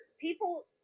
people